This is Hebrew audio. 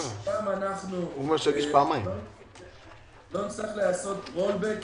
לא נצטרך לעשות בולד בק